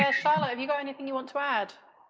ah charlotte, have you got anything you want to add?